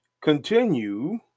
Continue